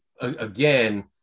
again